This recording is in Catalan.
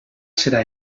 serà